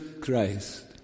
Christ